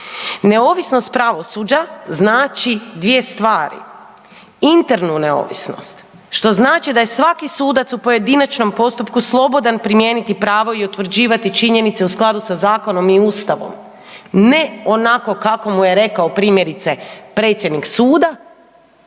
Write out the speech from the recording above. Neovisnost pravosuđa znači dvije stvari: internu neovisnost što znači da je svaki sudac u pojedinačnom postupku slobodan primijeniti pravo i utvrđivati činjenice u skladu sa zakonom i Ustavom, ne onako kako mu je rekao primjerice predsjednik suda